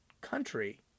country